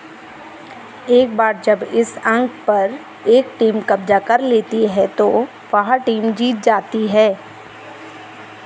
एक बार जब इस अंक पर एक टीम कब्जा कर लेती है तो वह टीम जीत जाती है